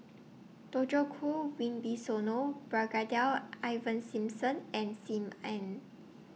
Djoko Wibisono Brigadier Ivan Simson and SIM Ann